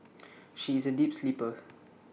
she is A deep sleeper